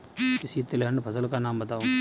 किसी तिलहन फसल का नाम बताओ